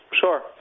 sure